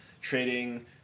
trading